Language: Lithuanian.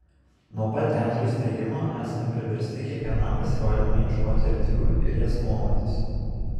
nuo pat teatro įsteigimo esame priversti kiekvienam pasirodymui ieškoti erdvių ir jas nuomotis